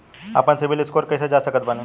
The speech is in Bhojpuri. आपन सीबील स्कोर कैसे जांच सकत बानी?